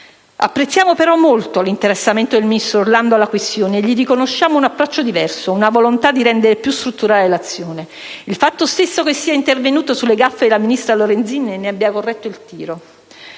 Apprezziamo però molto l'interessamento del ministro Orlando alla questione e gli riconosciamo un approccio diverso, una volontà di rendere più strutturale l'azione, il fatto stesso che sia intervenuto sulla *gaffe* della ministra Lorenzin e ne abbia corretto il tiro.